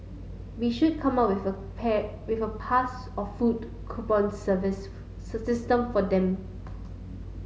we should come up with a pair with a pass or food coupon system for them